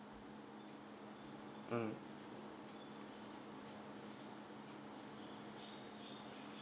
mm